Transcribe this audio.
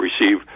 receive